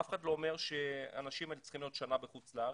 אף אחד לא אומר שהאנשים האלה צריכים להיות שנה בחוץ לארץ,